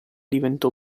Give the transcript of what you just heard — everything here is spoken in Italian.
diventò